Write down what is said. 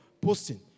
posting